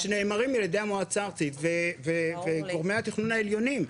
שנאמרים על ידי המועצה הארצית וגורמי התכנון העליונים.